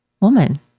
woman